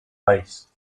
país